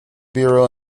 biro